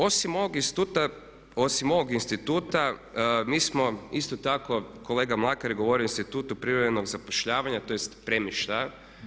Osim ovog instituta, osim ovog instituta mi smo isto tako kolega Mlakar je govorio o institutu privremenog zapošljavanja, tj. premještaja.